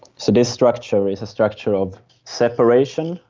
so this structure is a structure of separation,